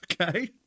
Okay